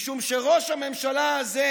משום שראש הממשלה הזה,